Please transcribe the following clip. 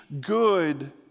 good